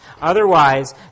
Otherwise